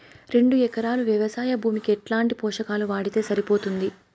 రెండు ఎకరాలు వ్వవసాయ భూమికి ఎట్లాంటి పోషకాలు వాడితే సరిపోతుంది?